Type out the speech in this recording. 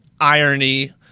irony